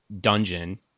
Dungeon